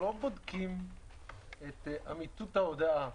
אנחנו לא בודקים את אמיתות ההודעה,